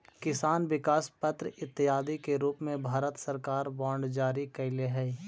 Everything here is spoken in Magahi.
किसान विकास पत्र इत्यादि के रूप में भारत सरकार बांड जारी कैले हइ